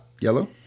Yellow